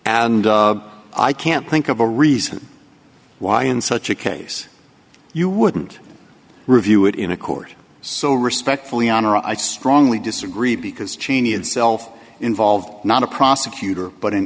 and i can't think of a reason why in such a case you wouldn't review it in a court so respectfully honor i strongly disagree because cheney itself involved not a prosecutor but an